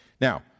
Now